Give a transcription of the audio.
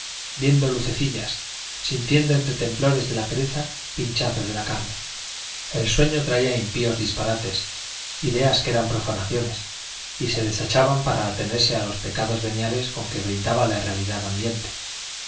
viendo lucecillas sintiendo entre temblores de la pereza pinchazos de la carne el sueño traía impíos disparates ideas que eran profanaciones y se desechaban para atenerse a los pecados veniales con que brindaba la realidad ambiente